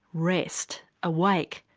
rest, awake,